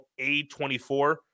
A24